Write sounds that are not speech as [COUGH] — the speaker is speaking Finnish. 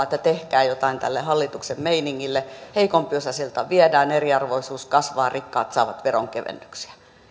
[UNINTELLIGIBLE] että tehkää jotain tälle hallituksen meiningille jossa heikompiosaisilta viedään eriarvoisuus kasvaa rikkaat saavat veronkevennyksiä